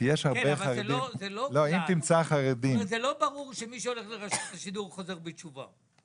זה לא ברור שמי שהולך לרשות השידור, חוזר בתשובה.